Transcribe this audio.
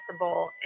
possible